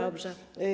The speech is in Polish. Dobrze.